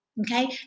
okay